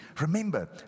Remember